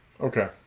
Okay